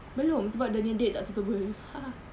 belum sebab dia nya date tak suitable